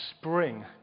spring